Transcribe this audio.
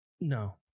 No